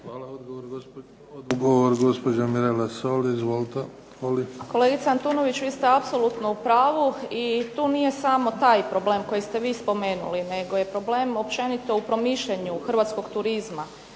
Hvala. Odgovor gospođa Mirela Holy. Izvolite. **Holy, Mirela (SDP)** Kolegice Antunović, vi ste apsolutno u pravu i tu nije samo taj problem koji ste vi spomenuli, nego je problem općenito u promišljanju hrvatskog turizma.